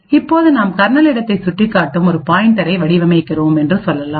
இப்போது நாம் கர்னல் இடத்தை சுட்டிக்காட்டும் ஒரு பாயின்டரை வடிவமைக்கிறோம் என்று சொல்லலாம்